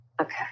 Okay